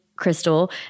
crystal